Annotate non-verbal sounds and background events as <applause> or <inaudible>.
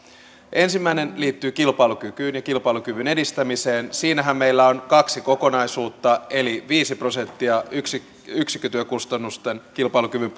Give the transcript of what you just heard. ensimmäinen liittyy kilpailukykyyn ja kilpailukyvyn edistämiseen siinähän meillä on kaksi kokonaisuutta eli viisi prosenttia yksikkötyökustannusten kilpailukyvyn <unintelligible>